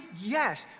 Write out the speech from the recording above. Yes